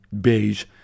beige